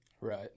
Right